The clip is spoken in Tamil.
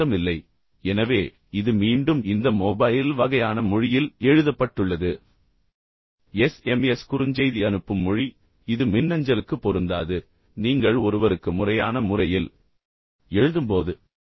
முழு நிறுத்தம் இல்லை எனவே இது மீண்டும் இந்த மொபைல் வகையான மொழியில் எழுதப்பட்டுள்ளது sms குறுஞ்செய்தி அனுப்பும் மொழி இது மின்னஞ்சலுக்குப் பொருந்தாது நீங்கள் ஒருவருக்கு முறையான முறையில் எழுதும்போது